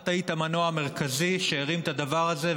את היית המנוע המרכזי שהרים את הדבר הזה,